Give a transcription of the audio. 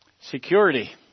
Security